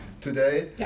today